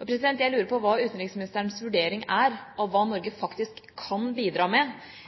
Jeg lurer på hva utenriksministerens vurdering er av hva Norge faktisk kan bidra med